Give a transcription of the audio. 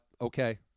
okay